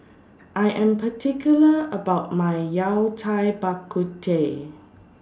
I Am particular about My Yao Cai Bak Kut Teh